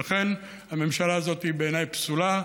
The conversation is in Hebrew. ולכן הממשלה הזאת היא בעיניי פסולה,